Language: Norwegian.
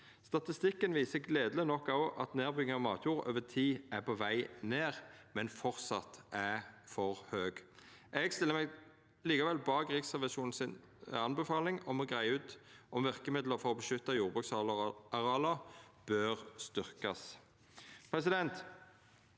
Statistikken viser gledeleg nok òg at nedbygging av matjord over tid er på veg ned, men framleis er for høg. Eg stiller meg likevel bak Riksrevisjonens tilråding om å greia ut om verkemidla for å beskytta jordbruksareala bør styrkjast.